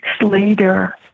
later